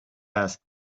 asked